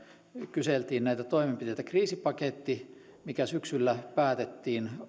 kyseltiin näitä toimenpiteitä kriisipaketti mikä syksyllä päätettiin